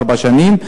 ארבע שנים.